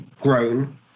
grown